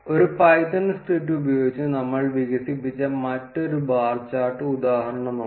ഒരു Python script ഉപയോഗിച്ച് നമ്മൾ വികസിപ്പിച്ച മറ്റൊരു ബാർ ചാർട്ട് ഉദാഹരണം നോക്കാം